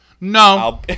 No